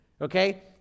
okay